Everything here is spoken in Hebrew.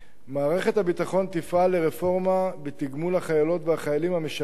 מערכת הביטחון תפעל לרפורמה בתגמול החיילות והחיילים המשרתים